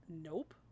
Nope